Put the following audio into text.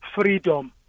freedom